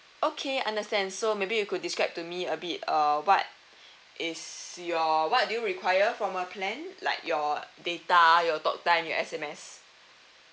okay understand so maybe you could describe to me a bit uh what is your what do you require from our plan like your data your talktime your S_M_S